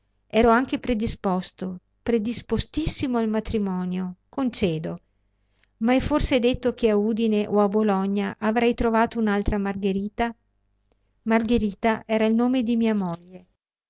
ero anche predisposto predispostissimo al matrimonio concedo ma è forse detto che a udine o a bologna avrei trovato un'altra margherita margherita era il nome di mia moglie